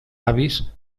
avis